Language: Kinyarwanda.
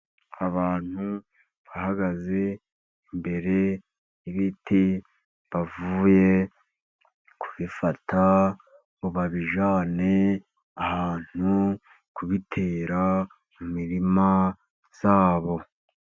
Abantu bahagaze imbere y'ibiti, bavuye kubifata, ngo babijyanye ahantu kubitera mu mirima yabo.